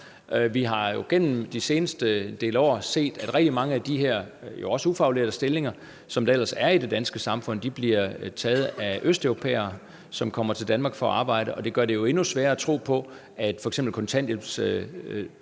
Vi har igennem den seneste del år set, at også rigtig mange af de her stillinger for ufaglærte, der ellers er i det danske samfund, bliver taget af østeuropæere, som kommer til Danmark for at arbejde, og det gør det jo endnu sværere at tro på, at f.eks. kontanthjælpsmodtagere